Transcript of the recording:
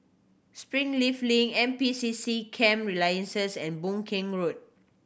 Springleaf Link N P C C Camp Resilience and Boon Keng Road